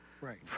Right